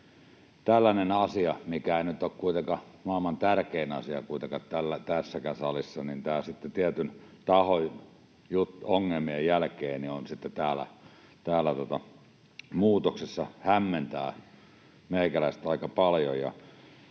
tällainen asia, mikä ei nyt ole kuitenkaan maailman tärkein asia tässäkään salissa, mutta tietyn tahon ongelmien jälkeen täällä muutoksessa hämmentää meikäläistä aika paljon...